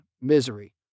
misery